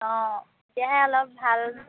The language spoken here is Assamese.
অঁ তেতিয়াহে অলপ ভাল